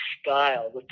style